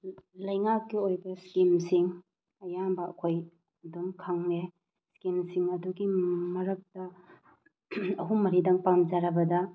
ꯂꯩꯉꯥꯛꯀꯤ ꯑꯣꯏꯕ ꯏꯁꯀꯤꯝꯁꯤꯡ ꯑꯌꯥꯝꯕ ꯑꯩꯈꯣꯏ ꯑꯗꯨꯝ ꯈꯪꯉꯦ ꯏꯁꯀꯤꯝꯁꯤꯡ ꯑꯗꯨꯒꯤ ꯃꯔꯛꯇ ꯑꯍꯨꯝ ꯃꯔꯤꯗꯪ ꯄꯥꯝꯖꯔꯕꯗ